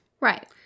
Right